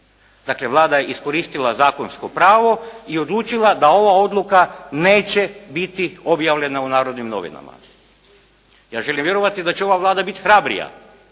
Dakle, Vlada je iskoristila zakonsko pravo i odlučila da ova odluka neće biti objavljena u “Narodnim novinama“. Ja želim vjerovati da će ova Vlada biti hrabrija